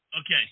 Okay